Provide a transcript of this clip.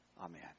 Amen